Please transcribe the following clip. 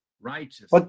Righteous